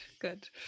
good